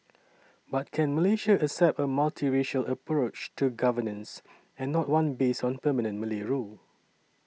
but can Malaysia accept a multiracial approach to governance and not one based on permanent Malay rule